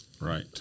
Right